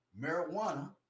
marijuana